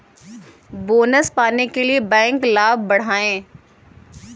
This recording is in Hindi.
बोनस पाने के लिए बैंक लाभ बढ़ाएं